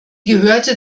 gehörte